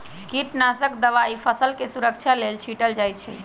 कीटनाशक दवाई फसलके सुरक्षा लेल छीटल जाइ छै